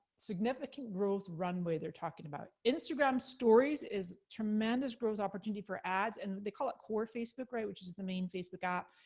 significant growth runway, they're talking about. instagram stories is tremendous growth opportunity for ads, and they call it core facebook, right? which is the main facebook app,